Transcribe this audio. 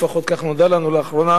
לפחות נודע לנו לאחרונה